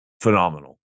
phenomenal